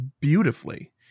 beautifully